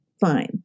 fine